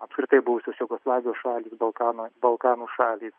apskritai buvusios jugoslavijos šalys balkanų balkanų šalys